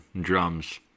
Drums